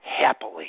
happily